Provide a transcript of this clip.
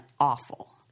awful